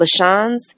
Lashans